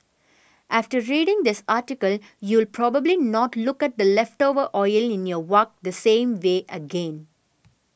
after reading this article you will probably not look at the leftover oil in your wok the same way again